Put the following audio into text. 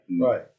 Right